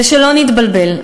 ושלא נתבלבל,